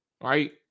right